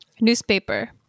newspaper